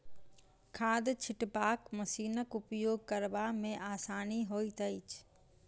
खाद छिटबाक मशीनक उपयोग करबा मे आसानी होइत छै